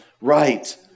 right